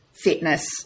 fitness